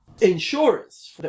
insurance